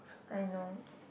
I know